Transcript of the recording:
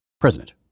president